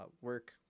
work